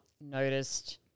noticed